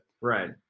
Right